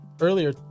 earlier